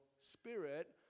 spirit